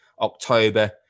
October